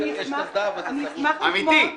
אמיתי.